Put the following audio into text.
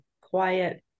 quiet